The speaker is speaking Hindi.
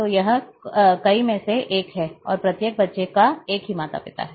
तो यह कई में से एक है और प्रत्येक बच्चे का एक ही माता पिता है